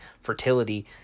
fertility